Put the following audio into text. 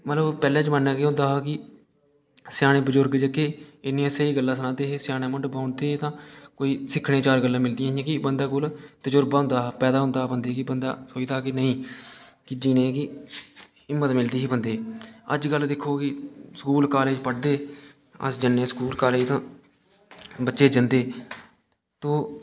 मतलब पैह्ले जमाने केह् होंदा हा कि स्याने बजुर्ग जेह्के इन्नियां स्हेई गल्लां सनांदे हे स्याने मुंड बौंह्दे हे तां कोई सिक्खने गी चार गल्लां मिलदियां ही कि बंदे कोल तुजुर्बा होंदा हा पैदा होंदा हा बंदे गी बंदा सोचदा हा कि नेईं कि जि'नेंगी हिम्मत मिलदी ही बंदे गी अज्जकल दिक्खो कि स्कूल कालेज पढ़दे अस जन्ने स्कूल कालेज तां बच्चे जंदे तो